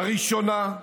תודה.